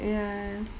ya